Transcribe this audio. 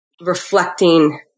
reflecting